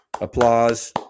Applause